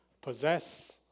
possess